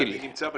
אני נמצא בשטח.